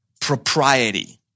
propriety